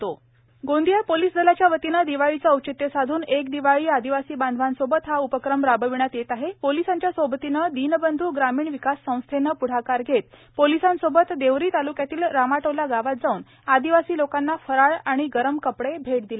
एक दिवाळी आदिवासी बांधवासोबत गोंदिया पोलिस दलाच्या वतीनं दिवाळीचं औचित्य साधून एक दिवाळी आदिवासी बांधवासोबत हा उपक्रम राबविण्यात येत आहे पोलिसांच्या सोबतीनं दीनबंध् ग्रामीण विकास संस्थेनं सुदधा प्ढाकार घेत पोलिसांसोबत देवरी तालुक्यातील रामाटोला गावात जाऊन आदिवासी लोकांना फराळ आणि गरम कपडे भेट दिले